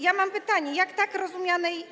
Ja mam pytanie: Jak tak rozumianej.